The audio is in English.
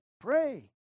Pray